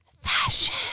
fashion